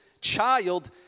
child